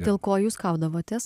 dėl ko jūs kaudavotės